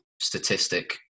statistic